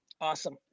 awesome